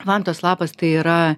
vantos lapas tai yra